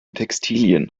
textilien